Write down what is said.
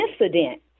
incident